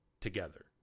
together